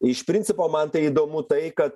iš principo man tai įdomu tai kad